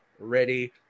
ready